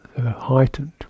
Heightened